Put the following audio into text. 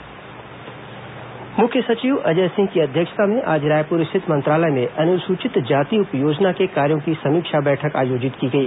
मुख्य सचिव बैठक मुख्य सचिव अजय सिंह की अध्यक्षता में आज रायपुर स्थित मंत्रालय में अनुसूचित जाति उपयोजना के कार्यों की समीक्षा बैठक आयोजित की गई